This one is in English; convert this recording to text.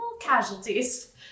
casualties